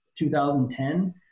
2010